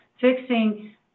fixing